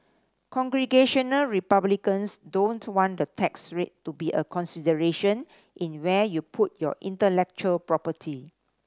Congressional Republicans don't want the tax rate to be a consideration in where you put your intellectual property